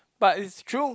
but it's true